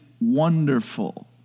wonderful